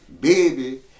Baby